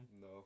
No